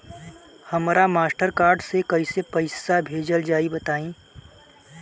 हमरा Mastercard से कइसे पईसा भेजल जाई बताई?